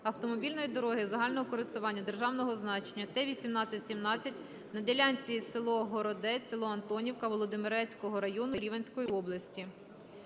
автомобільної дороги загального користування державного значення Т-18-17 на ділянці село Городець – село Антонівка Володимирецького району Рівненської області.